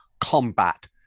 combat